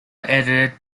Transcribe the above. edited